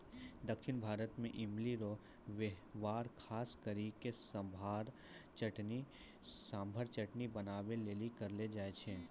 दक्षिण भारत मे इमली रो वेहवार खास करी के सांभर चटनी बनाबै लेली करलो जाय छै